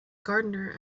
gardener